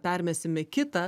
permesime kitą